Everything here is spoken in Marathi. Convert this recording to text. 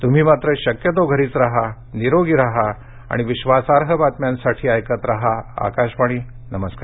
तुम्ही मात्र शक्यतो घरीच राहा निरोगी राहा आणि विश्वासार्ह बातम्यांसाठी ऐकत राहा आकाशवाणी नमस्कार